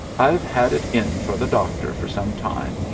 i've had it in for the doctor for some time,